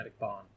Bond